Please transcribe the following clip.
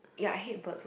ya I hate birds also